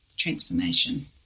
transformation